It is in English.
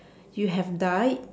you have died